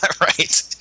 Right